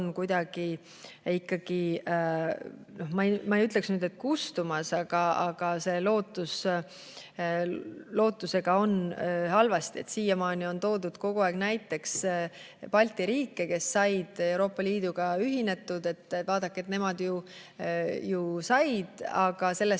kuidagi, ma ei ütleks, et kustumas, aga sellega on halvasti. Siiamaani on toodud kogu aeg näiteks Balti riike, kes said Euroopa Liiduga ühinetud. Vaadake, nemad ju said! Aga sellest